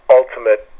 ultimate